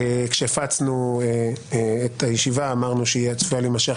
כשהפצנו את הישיבה אמרנו שהישיבה צפויה להימשך